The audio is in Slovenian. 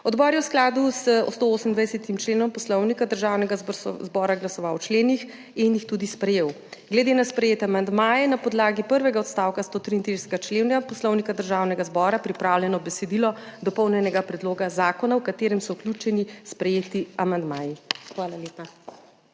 Odbor je v skladu s 128. členom Poslovnika Državnega zbora glasoval o členih in jih tudi sprejel. Glede na sprejete amandmaje je na podlagi prvega odstavka 133. člena Poslovnika Državnega zbora pripravljeno besedilo dopolnjenega predloga zakona, v katerem so vključeni sprejeti amandmaji. Hvala lepa.